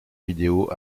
vidéo